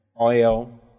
oil